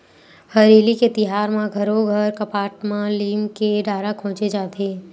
हरेली के तिहार म घरो घर कपाट म लीम के डारा खोचे जाथे